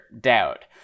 doubt